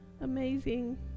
amazing